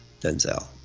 Denzel